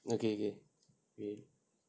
okay okay okay